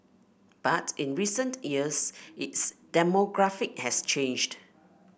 but in recent years its demographic has changed